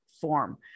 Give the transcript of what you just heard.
form